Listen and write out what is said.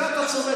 בזה אתה צודק.